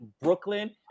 Brooklyn